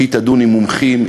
היא תדון עם מומחים,